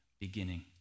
beginning